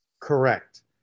Correct